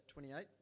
28